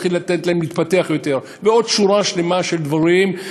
להתחיל לתת להן להתפתח יותר ועוד שורה שלמה של דברים.